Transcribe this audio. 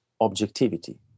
objectivity